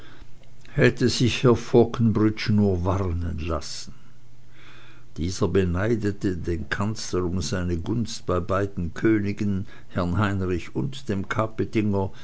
hätte sich herr fauconbridge nur warnen lassen dieser beneidete den kanzler um seine gunst bei beiden königen herrn heinrich und dem